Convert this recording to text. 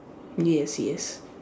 yes yes